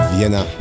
Vienna